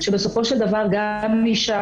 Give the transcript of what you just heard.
שבסופו של דבר גם אישה,